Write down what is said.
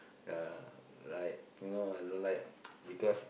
uh right you know I don't like because